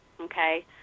Okay